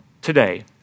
today